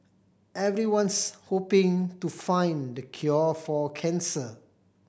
everyone's hoping to find the cure for cancer